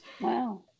Wow